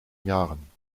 jahren